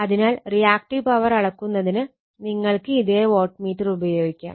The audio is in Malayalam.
അപ്പോൾ ഇതാണ് റിയാക്ടീവ് പവർ ലഭിക്കുന്നതിനുള്ള വാട്ട് മീറ്ററിന്റെ കണക്ഷൻ